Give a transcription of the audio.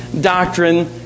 doctrine